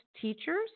teachers